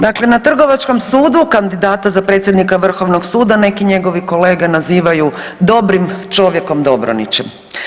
Dakle, na Trgovačkom sudu kandidata za predsjednika Vrhovnog suda neki njegovi kolege nazivaju dobrim čovjekom Dobronićem.